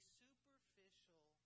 superficial